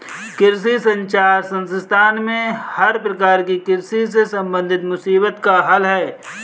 कृषि संचार संस्थान में हर प्रकार की कृषि से संबंधित मुसीबत का हल है